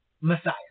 Messiah